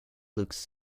looks